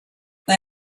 they